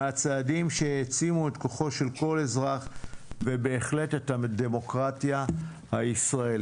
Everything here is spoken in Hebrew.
מהצעדים שהעצימו את כוחו של כל אזרח ובהחלט את הדמוקרטיה הישראלית.